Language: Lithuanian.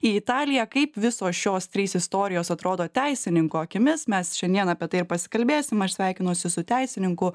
į italiją kaip visos šios trys istorijos atrodo teisininko akimis mes šiandien apie tai ir pasikalbėsime aš sveikinuosi su teisininku